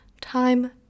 Time